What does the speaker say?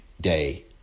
day